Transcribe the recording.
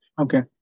Okay